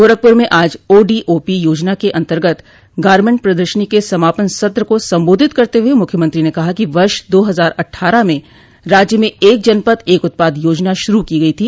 गोरखपूर में आज ओडीओपो योजना के अंतर्गत गारमेंट प्रदशनी के समापन सत्र को सम्बोधित करते हुए मुख्यमंत्री ने कहा कि वर्ष दो हजार अट़ठारह में राज्य में एक जनपद एक उत्पाद योजना श्रू की गई थी